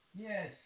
Yes